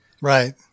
Right